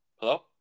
Hello